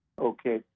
Okay